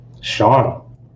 Sean